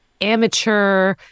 amateur